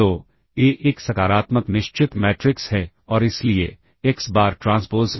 तो ए एक सकारात्मक निश्चित मैट्रिक्स है और इसलिए एक्स बार ट्रांसपोज़